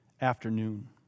afternoon